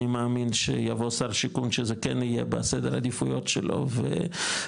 אני מאמין שיבוא שר שיכון שזה כן יהיה בסדר עדיפויות שלו ואז